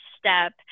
step